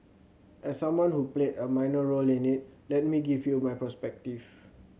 as someone who played a minor role in it let me give you my perspective